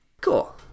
Cool